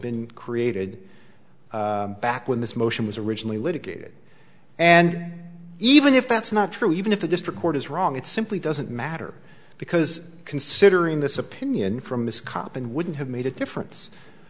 been created back when this motion was originally litigated and even if that's not true even if the district court is wrong it simply doesn't matter because considering this opinion from this cop and wouldn't have made a difference